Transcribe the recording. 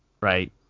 right